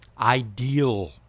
ideal